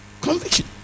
conviction